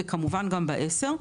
וכמובן גם בעשר.